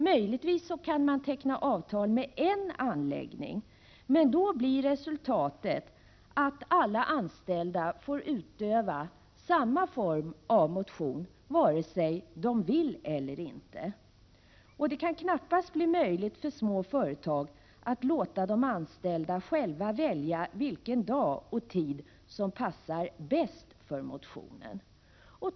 Möjligtvis kan man teckna avtal med en anläggning, men då blir resultatet att alla anställda får utöva samma form av motion vare sig de vill eller inte. Det kan knappast bli möjligt för små företag att låta de anställda själva välja vilken dag och tid som passar bäst för motionen.